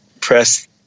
press